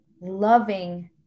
loving